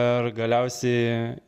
ir galiausiai